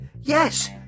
yes